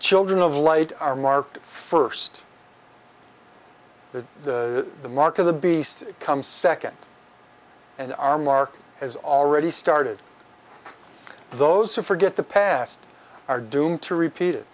children of light are marked first that the mark of the beast comes second and our mark has already started those who forget the past are doomed to repeat